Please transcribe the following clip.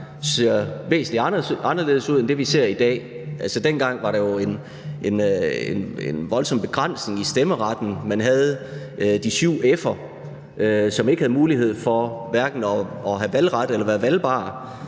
ser væsentlig anderledes ud end det, vi ser i dag. Dengang var der en voldsom begrænsning i stemmeretten. Man havde de syv f'er, som hverken havde mulighed for at have valgret eller være valgbar.